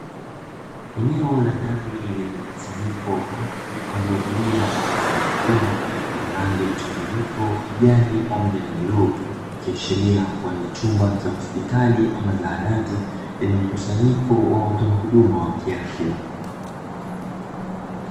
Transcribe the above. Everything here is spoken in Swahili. Eneo la ndani lenye mkusanyiko wa watu waliovalia mavazi maalumu yenye rangi mchanganyiko, kijani pamoja na bluu, ikiashiria kuwa ni chumba cha hospitali ama zahanati yenye mkusanyiko wa watoa huduma wa kiafya.